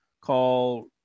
called